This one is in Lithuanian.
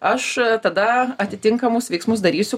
aš tada atitinkamus veiksmus darysiu